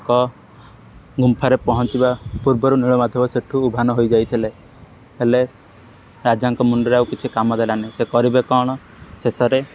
ଙ୍କ ଗୁମ୍ଫାରେ ପହଞ୍ଚିବା ପୂର୍ବରୁ ନୀଳମାଧବ ସେଠୁ ଉଭାନ ହୋଇଯାଇଥିଲେ ହେଲେ ରାଜାଙ୍କ ମୁଣ୍ଡରେ ଆଉ କିଛି କାମ ଦେଲାନି ସେ କରିବେ କ'ଣ ଶେଷରେ